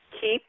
Keep